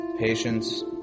patience